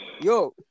yo